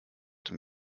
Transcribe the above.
dem